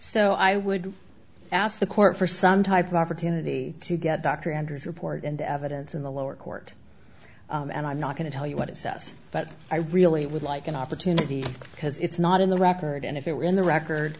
so i would ask the court for some type of opportunity to get dr andrews report and the evidence in the lower court and i'm not going to tell you what it says but i really would like an opportunity because it's not in the record and if it were in the record